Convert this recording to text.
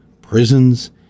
prisons